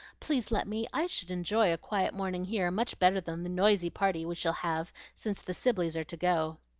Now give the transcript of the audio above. please let me i should enjoy a quiet morning here much better than the noisy party we shall have, since the sibleys are to go.